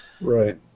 Right